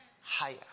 higher